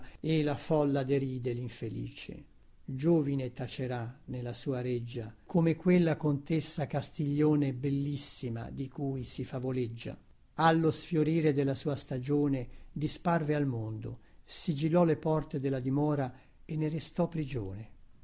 e la folla deride linfelice giovine tacerà nella sua reggia come quella contessa castiglione bellissima di cui si favoleggia allo sfiorire della sua stagione disparve al mondo sigillò le porte della dimora e ne restò prigione